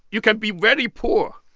you can be very poor.